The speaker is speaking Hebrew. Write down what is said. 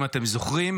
אם אתם זוכרים,